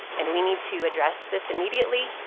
and we need to address this immediately,